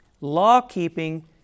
Law-keeping